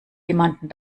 jemanden